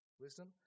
wisdom